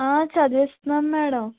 చదివిస్తున్నాను madam